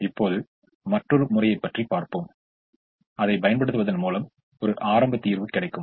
இப்போது மற்றொரு முறையைப் பற்றி பார்ப்போம் அதைப் பயன்படுத்துவதன் மூலம் ஒரு ஆரம்ப தீர்வு கிடைக்கும்